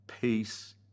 peace